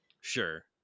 Sure